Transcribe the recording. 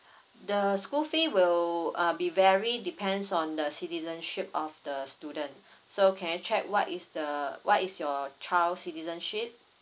the school fee will uh be vary depends on the citizenship of the student so can I check what is the what is your child's citizenship